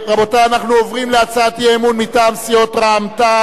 אנחנו עוברים להצעת אי-אמון מטעם סיעות רע"ם-תע"ל,